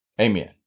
Amen